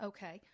Okay